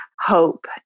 hope